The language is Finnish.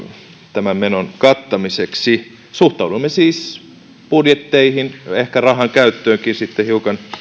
tämän menon kattamiseksi suhtaudumme siis budjetteihin ja ehkä rahankäyttöönkin sitten hiukan